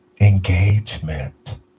engagement